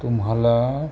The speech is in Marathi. तुम्हाला